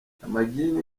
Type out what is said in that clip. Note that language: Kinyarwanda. amagini